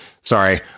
sorry